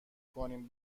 کنیم